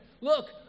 Look